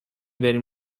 بریم